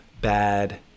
bad